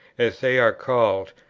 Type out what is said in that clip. as they are called,